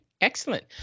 Excellent